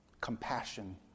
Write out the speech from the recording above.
compassion